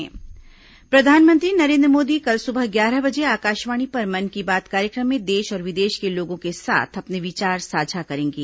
मन की बात प्रधानमंत्री नरेंद्र मोदी कल सुबह ग्यारह बजे आकाशवाणी पर मन की बात कार्यक्रम में देश और विदेश के लोगों के साथ अपने विचार साझा करेंगे